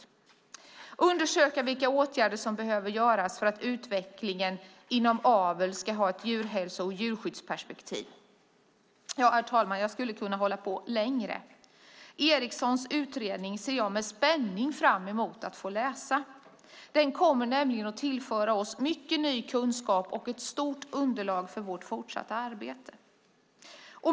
Hon ska också undersöka vilka åtgärder som behöver vidtas för att utvecklingen inom avel ska ha ett djurhälso och djurskyddsperspektiv. Herr talman! Jag skulle kunna hålla på längre. Erikssons utredning ser jag med spänning fram emot att få läsa. Den kommer nämligen att tillföra oss mycket ny kunskap och ett stort underlag för vårt fortsatta arbete.